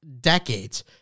decades